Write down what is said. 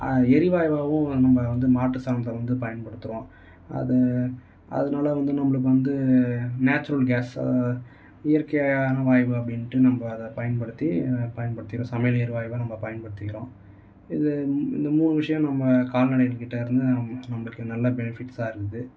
எரிவாயுவாகவும் நம்ம வந்து மாட்டு சாணத்தை வந்து பயன்படுத்துகிறோம் அது அதில் உள்ள வந்து நம்மளுக்கு வந்து நேச்சுரல் கேஸ் இயற்கையான வாய்வு அப்படின்னுட்டு நம்ம அதை பயன்படுத்தி பயன்படுத்திக்கிறோம் சமையல் எரிவாயுவாக நம்ம பயன்படுத்துகிறோம் இது இந் இந்த மூணு விஷயம் நம்ம கால்நடைங்கள் கிட்டேருந்து நம்பு நம்மளுக்கு நல்ல பெனிஃபிட்ஸாக இருக்குது